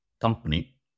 company